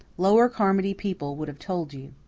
lower carmody people would have told you.